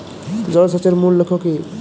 জল সেচের মূল লক্ষ্য কী?